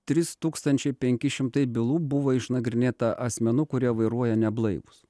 trys tūkstančiai penki šimtai bylų buvo išnagrinėta asmenų kurie vairuoja neblaivūs